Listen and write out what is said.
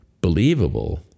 Believable